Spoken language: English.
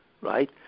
right